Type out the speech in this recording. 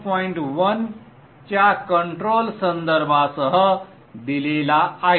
1 च्या कंट्रोल संदर्भासह दिलेला आहे